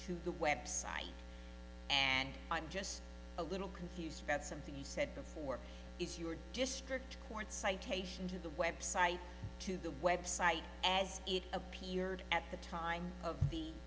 to the website and i'm just a little confused about something he said before it's your district court citation to the website to the website as it appeared at the time of the